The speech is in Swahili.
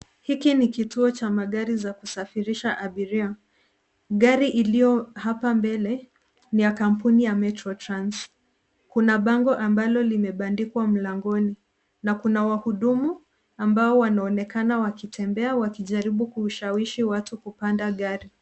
Kituo cha magari ya kusafirisha abiria. Gari lililo hapa mbele ni la kampuni ya Metro Trans. Kuna bango lililobandikwa mlangoni, na kuna wahudumu wanaoonekana wakitembea wakijaribu kushawishi watu kupanda gari.